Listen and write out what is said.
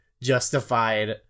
justified